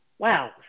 Wow